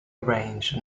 arranged